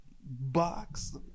box